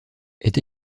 est